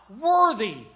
worthy